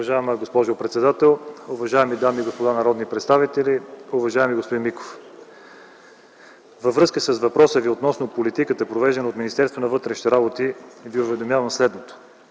Уважаема госпожо председател, уважаеми дами и господа народни представители, уважаеми господин Миков! Във връзка с въпроса Ви относно политиката, провеждана от Министерството на вътрешните работи, Ви уведомявам следното.